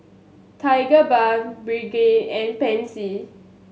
Tigerbalm Pregain and Pansy